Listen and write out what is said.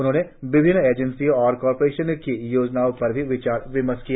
उन्होंने विभिन्न एजेंसियों और कॉरपोरेशन की योजनाओं पर भी विचार विमर्श किया